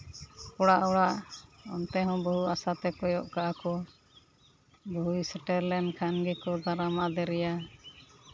ᱠᱚᱲᱟ ᱚᱲᱟᱜ ᱚᱱᱛᱮ ᱦᱚᱸ ᱵᱟᱹᱦᱩ ᱟᱥᱟᱛᱮ ᱠᱚᱭᱚᱜ ᱠᱟᱜᱼᱟ ᱠᱚ ᱵᱟᱹᱦᱩᱭ ᱥᱮᱴᱮᱨ ᱞᱮᱱ ᱠᱷᱟᱡ ᱜᱮᱠᱚ ᱫᱟᱨᱟᱢ ᱟᱫᱮᱨᱮᱭᱟ